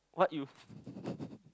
what you